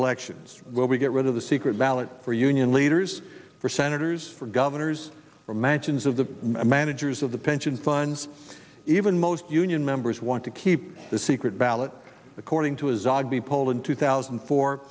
elections where we get rid of the secret ballot for union leaders for senators for governor's mansions of the managers of the pension funds even most union members want to keep the secret ballot according to his agi poll in two thousand